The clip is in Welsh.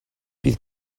bydd